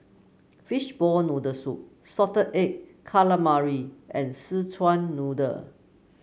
Fishball Noodle Soup Salted Egg Calamari and Szechuan Noodle